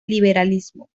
liberalismo